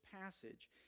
passage